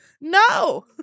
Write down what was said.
no